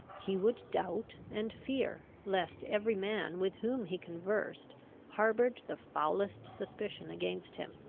he would doubt and fear, lest every man with whom he conversed harboured the foulest suspicion against him.